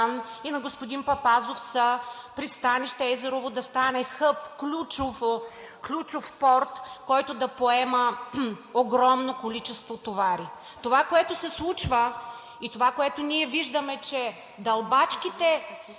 и на господин Папазов са пристанище Езерово да стане хъб – ключов порт, който да поема огромно количество товари. Това, което се случва, и това, което ние виждаме, е, че дълбачките